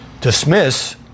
dismiss